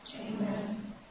Amen